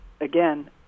Again